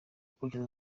akurikiza